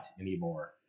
anymore